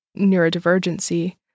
neurodivergency